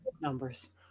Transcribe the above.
numbers